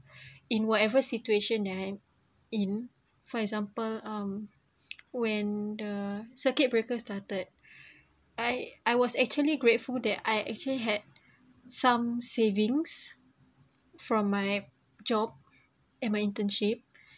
in whatever situation that I'm in for example um when the circuit breaker started I I was actually grateful that I actually had some savings from my job and my internship